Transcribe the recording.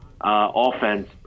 offense